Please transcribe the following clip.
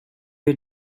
you